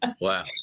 Wow